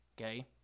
Okay